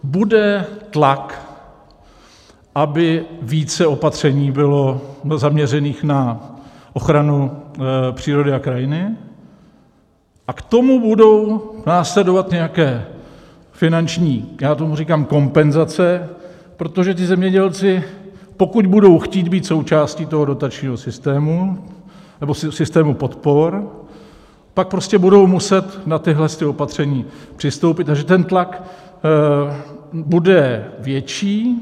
Bude tlak, aby více opatření bylo zaměřených na ochranu přírody a krajiny, a k tomu budou následovat nějaké finanční, já tomu říkám kompenzace, protože ty zemědělci, pokud budou chtít být součástí dotačního systému nebo systému podpor, pak prostě budou muset na tato opatření přistoupit, takže ten tlak bude větší.